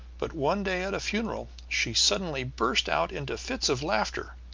but one day at a funeral she suddenly burst out into fits of laughter.